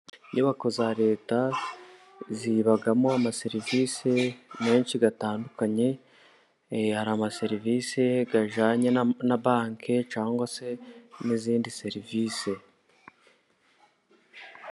Inyubako za Leta zibamo amaserivisi menshi atandukanye, hari amaserivisi ajyanye na banki cyangwa se n'izindi serivisi.